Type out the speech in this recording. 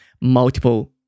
multiple